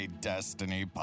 Destiny